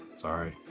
Sorry